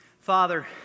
Father